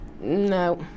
no